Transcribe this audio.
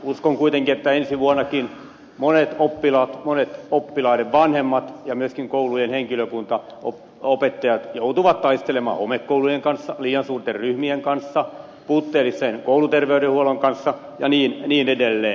uskon kuitenkin että ensi vuonnakin monet oppilaat monet oppilaiden vanhemmat ja myöskin koulujen henkilökunta opettajat joutuvat taistelemaan homekoulujen kanssa liian suurten ryhmien kanssa puutteellisen kouluterveydenhuollon kanssa ja niin edelleen